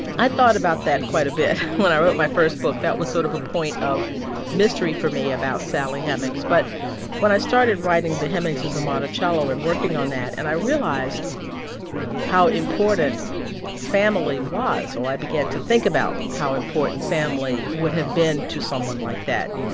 i thought about that quite a bit. when i wrote my first book, that was sort of a point of mystery for me about sally hemings. but when i started writing the hemingses of monticello and working on that, and i realized how important family was, so i began to think about how important family would have been to someone like that,